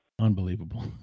Unbelievable